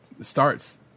starts